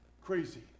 Crazy